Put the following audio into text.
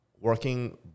working